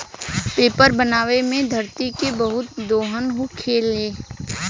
paper बनावे मे धरती के बहुत दोहन होखेला